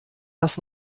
das